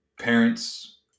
parents